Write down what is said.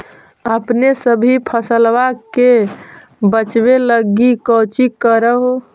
अपने सभी फसलबा के बच्बे लगी कौची कर हो?